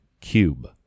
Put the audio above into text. cube